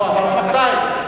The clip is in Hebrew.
רבותי,